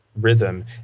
rhythm